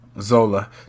Zola